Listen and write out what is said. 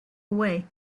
away